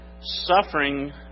suffering